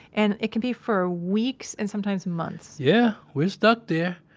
and it can be for weeks and sometimes months yeah. we're stuck there,